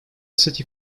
city